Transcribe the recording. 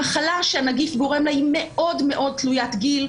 המחלה שהנגיף גורם לה היא מאוד מאוד תלוית גיל,